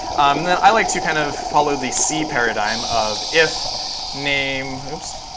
and then, i like to kind of follow the c paradigm of if name oops.